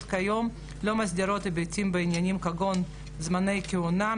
כיום לא מסדירות היבטים בעניינים כגון זמני כהונה,